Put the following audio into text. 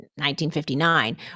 1959